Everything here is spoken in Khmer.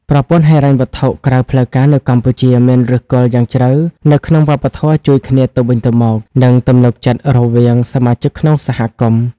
ប្រព័ន្ធហិរញ្ញវត្ថុក្រៅផ្លូវការនៅកម្ពុជាមានឫសគល់យ៉ាងជ្រៅនៅក្នុងវប្បធម៌ជួយគ្នាទៅវិញទៅមក និងទំនុកចិត្តរវាងសមាជិកក្នុងសហគមន៍។